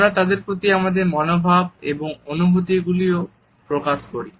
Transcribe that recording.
আমরা তাদের প্রতি আমাদের মনোভাব এবং অনুভূতিগুলিও প্রকাশ করি